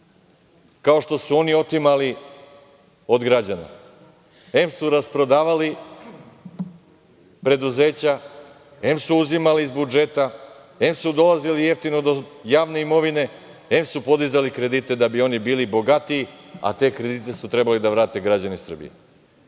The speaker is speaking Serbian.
kao što su oni otimali od građana, em su rasprodavali preduzeća, em su uzimali iz budžeta, em su dolazili jeftino do javne imovine, em su podizali kredite da bi oni bili bogatiji, a te kredite su trebali da vrate građani Srbije. To